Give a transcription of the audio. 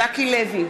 ז'קי לוי,